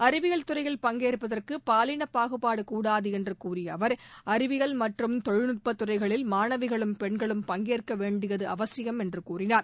அறிவியல் துறையில் பங்கேற்பதற்கு பாலின பாகுபாடு கூடாது என்று கூறிய அவர் அறிவியல் மற்றும் தொழில்நுட்ப துறைகளில் மாணவிகளும் பெண்களும் பங்கேற்க வேண்டியது அவசியம் என்று கூறினார்